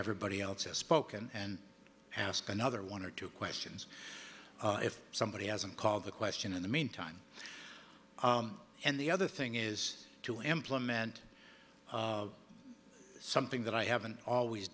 everybody else has spoken and ask another one or two questions if somebody hasn't called the question in the meantime and the other thing is to implement something that i haven't always